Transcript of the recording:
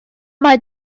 mae